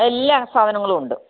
എല്ലാ സാധനങ്ങളും ഉണ്ട്